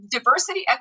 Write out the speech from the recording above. Diversity